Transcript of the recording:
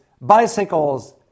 bicycles